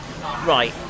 right